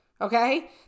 Okay